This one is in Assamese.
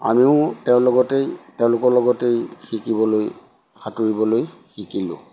আমিও তেওঁ লগতেই তেওঁলোকৰ লগতেই শিকিবলৈ সাঁতুৰিবলৈ শিকিলোঁ